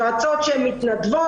או יש יועצות מתנדבות,